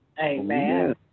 Amen